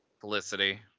Felicity